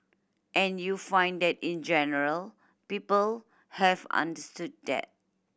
and you find that in general people have understood that